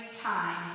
time